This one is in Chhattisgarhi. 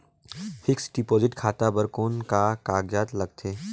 फिक्स्ड डिपॉजिट खाता बर कौन का कागजात लगथे?